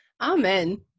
amen